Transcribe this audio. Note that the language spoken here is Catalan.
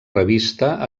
revista